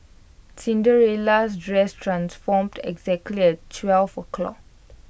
Cinderella's dress transformed exactly at twelve o'clock